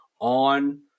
On